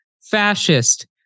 fascist